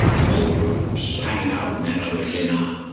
small groups, hanging out with men over dinner,